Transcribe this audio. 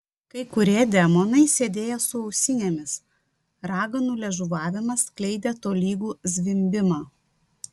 kai kurie demonai sėdėjo su ausinėmis raganų liežuvavimas skleidė tolygų zvimbimą